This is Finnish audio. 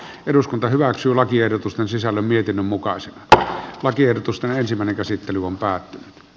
eduskunta hyväksyy lakiehdotusten sisällön mietinnön mukaan se että lakiehdotusta ensimmäinen käsittely vonkaa